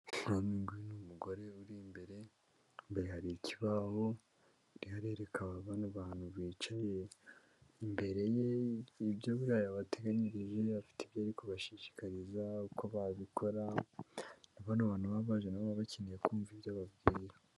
Uyu nguyu ni umugore uri imbere, imbere hari ikibaho, ariho arereka bano bantu bicaye imbere ye, ibyo buriya yabateganyirijeyo, afite ibyo ariko kubashishikariza uko babikora, bono abantu baba baje na bo baba bakeneye kumva ibyo ababwira.